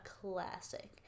classic